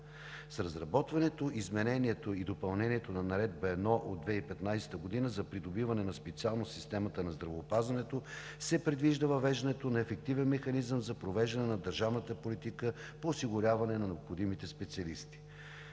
С разработването, изменението и допълнението на Наредба № 1 от 2015 г. за придобиване на специалност в системата на здравеопазването се предвижда въвеждането на ефективен механизъм за провеждане на държавната политика по осигуряване на необходимите специалисти.